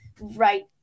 right